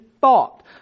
thought